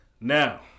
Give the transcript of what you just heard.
Now